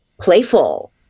playful